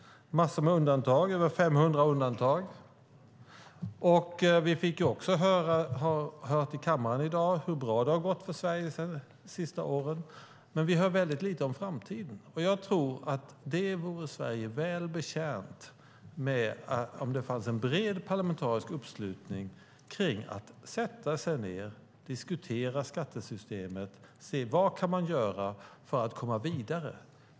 Massor med undantag, över 500, har införts. Vi fick höra i kammaren hur bra det har gått för Sverige de senaste åren, men vi hör väldigt lite om framtiden. Jag tror att Sverige vore väl betjänt av en bred parlamentarisk uppslutning bakom att man satte sig ned och diskuterade skattesystemet för att se vad man kan göra för att komma vidare.